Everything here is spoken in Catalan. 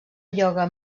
ioga